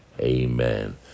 amen